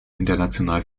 international